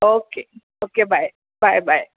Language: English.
okay oaky bye bye